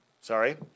sorry